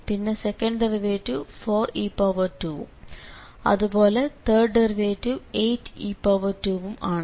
പിന്നെ second derivative 4e2ഉം അതുപോലെ തേർഡ് ഡെറിവേറ്റിവ് 8e2 ഉം ആണ്